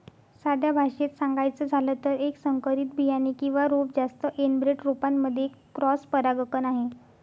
साध्या भाषेत सांगायचं झालं तर, एक संकरित बियाणे किंवा रोप जास्त एनब्रेड रोपांमध्ये एक क्रॉस परागकण आहे